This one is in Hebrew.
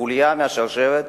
חוליה בשרשרת,